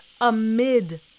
amid